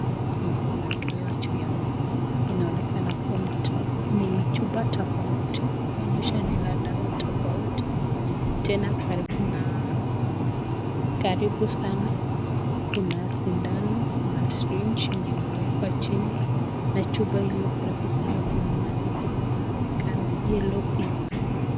Dawa zenye zimewekelewa juu ya meza, inaonekana kuwa ni chupa tofauti tofauti, kuonyesha ni dawa la tofauti tena karibu na karibu sana kuna sindano, kuna syringe yenye imewekwa jini na chupa ilio kariu sana kuna maandiko zimeonekana yellow fever .